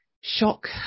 shock